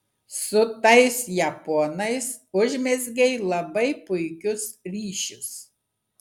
su tais japonais užmezgei labai puikius ryšius